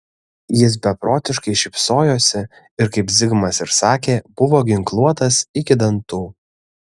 jis beprotiškai šypsojosi ir kaip zigmas ir sakė buvo ginkluotas iki dantų